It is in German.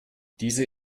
diese